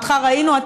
אותך ראינו.